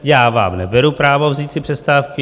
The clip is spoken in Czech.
Já vám neberu právo vzít si přestávky.